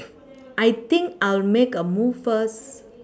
I think I'll make a move first